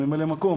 הממלא מקום